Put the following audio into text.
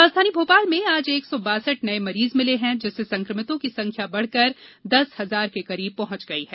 राजधानी भोपाल में आज एक सौ बासठ नये मरीज मिले हैं जिससे संक्रमितों की संख्या बढ़कर दस हजार के करीब पहंच गई है